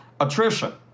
attrition